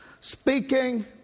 Speaking